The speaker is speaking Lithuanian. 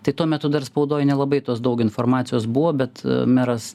tai tuo metu dar spaudoj nelabai tos daug informacijos buvo bet meras